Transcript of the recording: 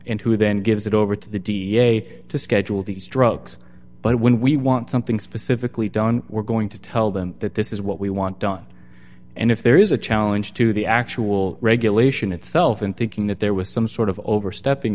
and who then gives it over to the da to schedule these drugs but when we want something specifically done we're going to tell them that this is what we want done and if there is a challenge to the actual regulation itself in thinking that there was some sort of overstepping